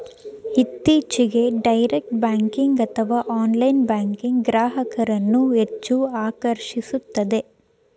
ಇತ್ತೀಚೆಗೆ direct banking ಅಥವಾ online banking ಗ್ರಾಹಕರನ್ನು ಹೆಚ್ಚು ಆಕರ್ಷಿಸುತ್ತಿದೆ